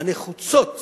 הנחוצות